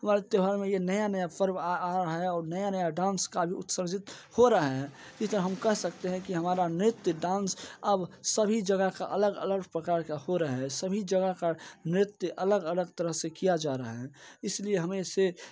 पर्व त्योहार में ये नया नया पर्व आ रहा है और नया नया डांस का भी उत्सर्जित हो रहा है ई त हम कह सकते हैं कि हमारा नृत्य डांस अब सभी जगह का अलग अलग प्रकार का हो रहा है सभी जगह का नृत्य अलग अलग तरह से किया जा रहा है इसलिए हमें इससे